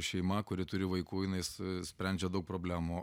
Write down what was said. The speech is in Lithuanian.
šeima kuri turi vaikų jinais sprendžia daug problemų